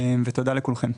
תודה לכולכם.